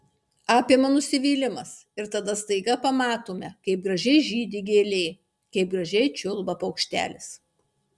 apima nusivylimas ir tada staiga pamatome kaip gražiai žydi gėlė kaip gražiai čiulba paukštelis